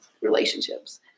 relationships